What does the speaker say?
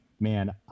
Man